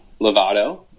Lovato